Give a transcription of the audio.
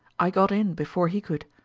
i got in before he could.